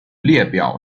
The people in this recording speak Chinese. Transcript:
列表